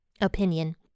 opinion